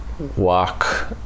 Walk